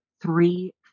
three